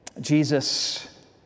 Jesus